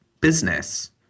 business